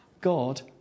God